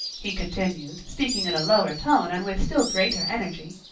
he continued, speaking in a lower tone, and with still greater energy,